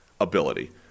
ability